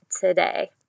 today